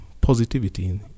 positivity